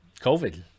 COVID